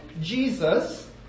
Jesus